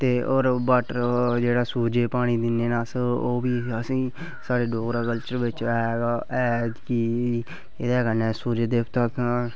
water जेह्ड़ा सूरजै गी पानी दिंदै न अस एह् बी साढ़े डोगरा कलचर च ऐ एह्दे ने सूरज देवता शांत हुंदे न